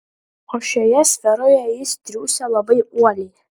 o šioje sferoje jis triūsia labai uoliai